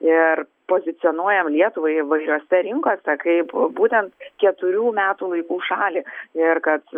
ir pozicionuojam lietuvai mažose rinkose kaip būtent keturių metų laikų šalį ir kad